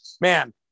man